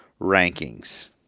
rankings